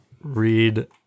read